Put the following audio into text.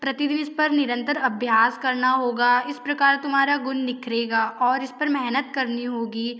प्रतिदिन इस पर निरंतर अभ्यास करना होगा इस प्रकार तुम्हारा गुण निखरेगा और इस पर मेहनत करनी होगी